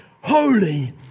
holy